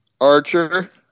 Archer